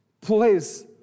please